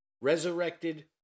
resurrected